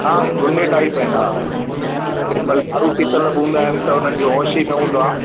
हा गुंडे टाईप आहिनि हा कंहिंमहिल दारू पीतल हूंदा आहिनि त उन्हनि खे होश ई न हूंदो आहे